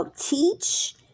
teach